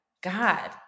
God